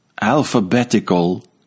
alphabetical